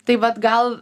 tai vat gal